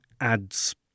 adds